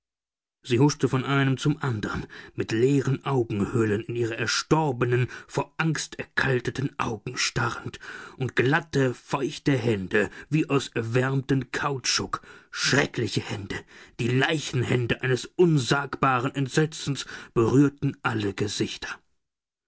sie huschte von einem zum anderen mit leeren augenhöhlen in ihre erstorbenen vor angst erkalteten augen starrend und glatte feuchte hände wie aus erwärmten kautschuk schreckliche hände die leichenhände eines unsagbaren entsetzens berührten alle gesichter